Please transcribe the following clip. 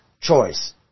choice